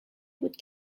بود